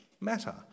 matter